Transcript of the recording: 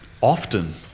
often